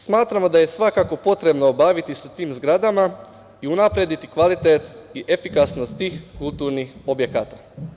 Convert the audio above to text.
Smatramo da je svakako potrebno baviti se tim zgradama i unaprediti kvalitet i efikasnost tih kulturnih objekata.